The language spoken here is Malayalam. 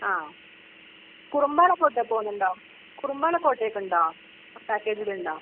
ആ കുറുമ്പാലക്കോട്ട പോകുന്നുണ്ടോ കുറുമ്പാലക്കോട്ടയൊക്കെ ഉണ്ടോ പാക്കേജിൽ ഉണ്ടോ